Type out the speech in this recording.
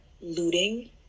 looting